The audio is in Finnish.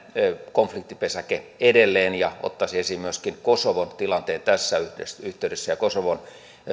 konfliktipesäke edelleen ottaisin esiin myöskin kosovon tilanteen ja kosovon